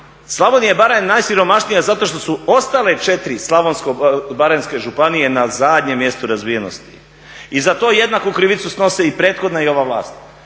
Slavonija i Baranja je najsiromašnija zato što su ostale četiri slavonsko-baranjske županije na zadnjem mjestu razvijenosti i za to jednaku krivicu snose i prethodna i ova vlast,